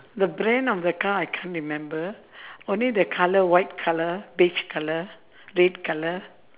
the brand of the car I can't remember only the colour white colour beige colour red colour